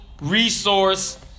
Resource